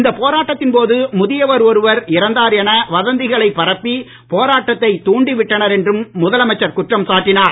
இந்தப் போராட்டத்தின் போது முதியவர் ஒருவர் இறந்தார் என வதந்தியைப் பரப்பி போராட்டத்தை தூண்டி விட்டனர் என்றும் முதலமைச்சர் குற்றம் சாட்டினார்